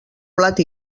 plat